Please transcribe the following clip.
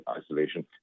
isolation